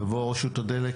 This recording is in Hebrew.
תבוא רשות הדלק,